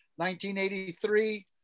1983